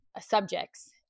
subjects